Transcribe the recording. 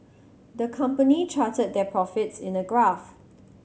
the company charted their profits in a graph